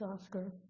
Oscar